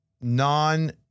non